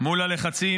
-- מול הלחצים,